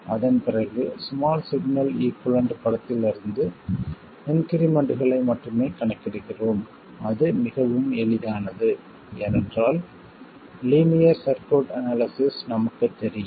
அதன் பிறகு small signal equivalent படத்திலிருந்து இன்க்ரிமெண்ட்களை மட்டுமே கணக்கிடுகிறோம் அது மிகவும் எளிதானது ஏனென்றால் லீனியர் சர்க்யூட் அனாலிசிஸ் நமக்குத் தெரியும்